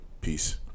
peace